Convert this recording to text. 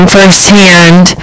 firsthand